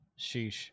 sheesh